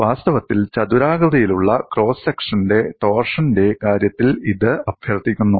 വാസ്തവത്തിൽ ചതുരാകൃതിയിലുള്ള ക്രോസ് സെക്ഷന്റെ ടോർഷന്റെ കാര്യത്തിൽ ഇത് അഭ്യർത്ഥിക്കുന്നു